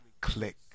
click